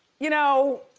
you know,